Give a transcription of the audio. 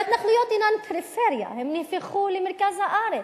וההתנחלויות אינן פריפריה, הן נהפכו למרכז הארץ,